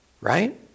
right